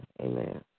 Amen